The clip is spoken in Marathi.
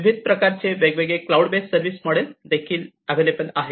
विविध प्रकारचे वेगवेगळे क्लाऊड बेस्ड सर्व्हिस मॉडेल्स देखील उपलब्ध आहेत